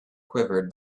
quivered